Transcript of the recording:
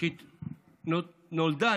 כשנולדה,